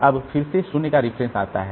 अब फिर से पेज 0 का रेफरेंस आता है